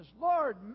Lord